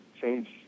Change